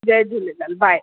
Jay Jhulelal by